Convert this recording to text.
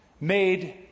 made